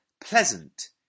pleasant